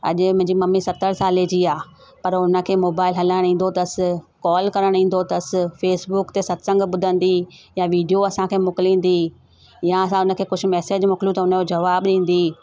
अॼु मुंहिंजी मम्मी सत्तरि साले जी आहे पर उनखे मोबाइल हलाइण ईंदो अथसि कॉल करण ईंदो अथसि फेसबुक ते सत्संग ॿुधंदी आहे वीडियो असांखे मोकिलींदी आहे असां हुन खे कुझु मैसेज मोकिलियऊं त उन जो जवाबु ॾींदी